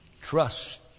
Trust